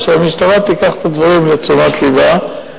והמשטרה תיקח את הדברים לתשומת לבה.